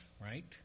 right